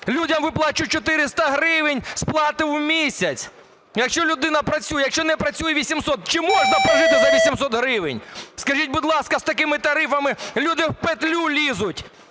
Людям виплачують 400 гривень сплати в місяць, якщо людина працює, якщо не працює – 800. Чи можна прожити за 800 гривень, скажіть, будь ласка? З такими тарифами люди в петлю лізуть.